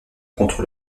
contre